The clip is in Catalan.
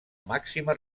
màxima